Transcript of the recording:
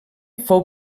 fou